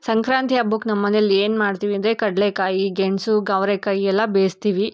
ಸಂಕ್ರಾಂತಿ ಹಬ್ಬಕ್ಕೆ ನಮ್ಮನೇಲಿ ಏನು ಮಾಡ್ತೀವಿ ಅಂದರೆ ಕಡಲೆಕಾಯಿ ಗೆಣಸು ಗವರೆಕಾಯಿ ಎಲ್ಲ ಬೇಯಿಸ್ತೀವಿ